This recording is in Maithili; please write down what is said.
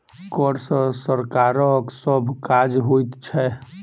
कर सॅ सरकारक सभ काज होइत छै